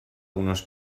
unos